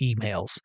emails